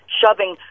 shoving